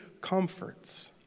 comforts